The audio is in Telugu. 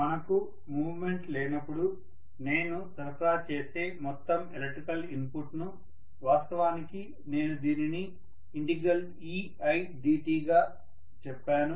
మనకు మూమెంట్ లేనప్పుడు నేను సరఫరాచేసే మొత్తం ఎలక్ట్రికల్ ఇన్పుట్ ను వాస్తవానికి నేను దీనిని eidt గా చెప్పాను